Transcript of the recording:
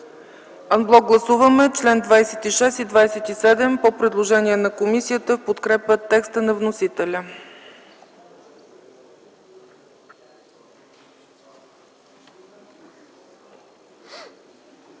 Ан блок гласуваме чл. 26 и 27 по предложение на комисията, в подкрепа текста на вносителя.